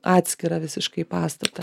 atskirą visiškai pastatą